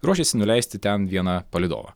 ruošiasi nuleisti ten vieną palydovą